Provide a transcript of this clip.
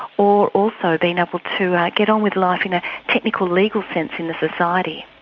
or also being able to get on with life in a technical, legal sense in the society.